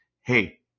hey